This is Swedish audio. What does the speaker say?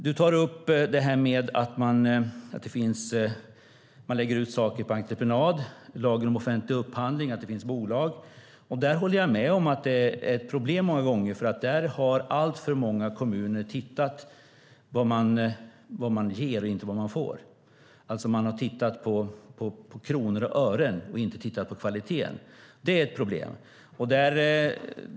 Du tar upp att man lägger ut saker på entreprenad, lagen om offentlig upphandling, att det finns bolag. Där håller jag med om att det många gånger är ett problem, för där har alltför många kommuner tittat på vad man ger och inte vad man får. Man har alltså tittat på kronor och ören och inte tittat på kvaliteten. Det är ett problem.